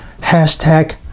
hashtag